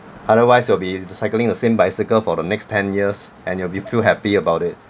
otherwise you'll be cycling the same bicycle for the next ten years and you'll be feel happy about it